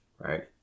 right